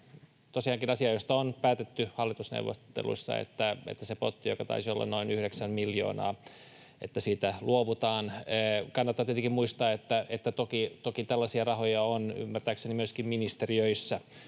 tosiaankin asia, josta on päätetty hallitusneuvotteluissa, että siitä potista, joka taisi olla noin yhdeksän miljoonaa, luovutaan. Kannattaa tietenkin muistaa, että toki tällaisia rahoja on ymmärtääkseni myöskin ministeriöissä,